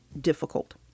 difficult